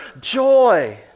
joy